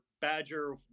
Badger